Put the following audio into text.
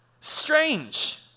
Strange